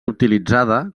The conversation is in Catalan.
utilitzada